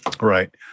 right